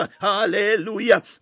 hallelujah